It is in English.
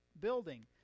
building